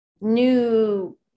new